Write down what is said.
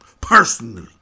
personally